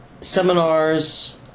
seminars